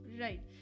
Right